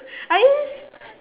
are you